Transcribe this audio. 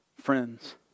friends